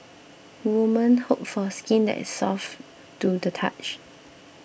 women hope for skin that is soft to the touch